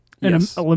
Yes